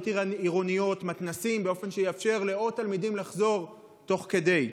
עירוניות ומתנ"סים באופן שיאפשר לעוד תלמידים לחזור תוך כדי?